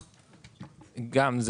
גם.